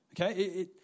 Okay